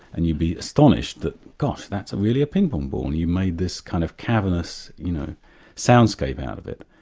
and you'd be astonished that, gosh, that's really a ping-pong ball', and you made this kind of cavernous you know soundscape out of it.